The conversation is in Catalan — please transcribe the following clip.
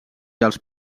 els